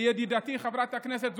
ידידתי חברת הכנסת זועבי.